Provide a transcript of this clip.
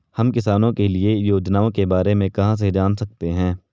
हम किसानों के लिए योजनाओं के बारे में कहाँ से जान सकते हैं?